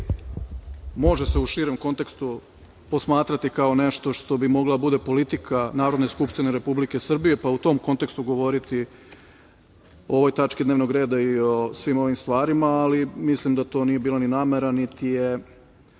redu. Može se u širem kontekstu posmatrati kao nešto što bi mogla da bude politika Narodne skupštine Republike Srbije pa u tom kontekstu govoriti o ovoj tački dnevnog reda i o svim ovim stvarima, ali mislim da to nije ni bila namera, niti je